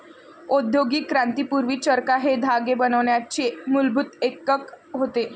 औद्योगिक क्रांती पूर्वी, चरखा हे धागे बनवण्याचे मूलभूत एकक होते